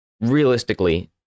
realistically